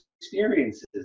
experiences